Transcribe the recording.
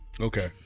Okay